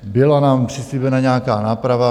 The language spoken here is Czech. Byla nám přislíbena nějaká náprava.